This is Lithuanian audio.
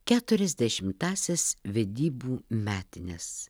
keturiasdešimtąsias vedybų metines